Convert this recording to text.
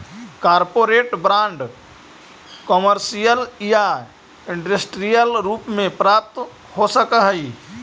corporate bond commercial या industrial रूप में प्राप्त हो सकऽ हई